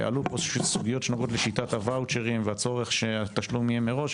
עלו פה סוגיות שנוגעות לשיטת הוואוצ'רים והצורך שהתשלום יהיה מראש.